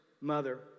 mother